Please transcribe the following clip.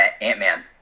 Ant-Man